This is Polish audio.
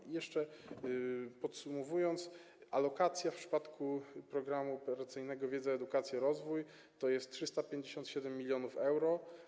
I jeszcze podsumowując, powiem, że alokacja w przypadku Programu Operacyjnego „Wiedza, edukacja, rozwój” to jest 357 mln euro.